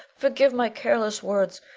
forgive my careless words!